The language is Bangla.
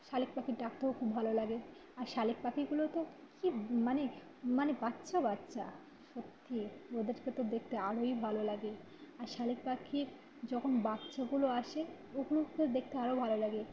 শালিক পাখির ডাক তো খুব ভালো লাগে আর শালিক পাখিগুলো তো কী মানে মানে বাচ্চা বাচ্চা সত্যি ওদেরকে তো দেখতে আরোই ভালো লাগে আর শালিক পাখির যখন বাচ্চাগুলো আসে ওগুলোকে দেখতে আরও ভালো লাগে